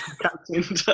Captain